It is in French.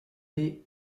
des